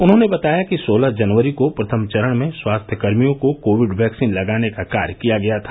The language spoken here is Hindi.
उन्होंने बताया कि सोलह जनवरी को प्रथम चरण में स्वास्थ्य कर्मियों को कोविड वैक्सीन लगाने का कार्य किया गया था